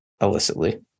illicitly